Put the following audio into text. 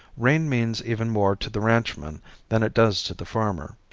rain means even more to the ranchman than it does to the farmer.